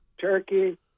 turkey